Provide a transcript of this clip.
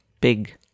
big